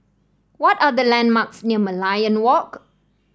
what are the landmarks near Merlion Walk